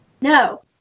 No